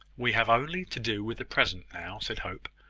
we have only to do with the present now, said hope.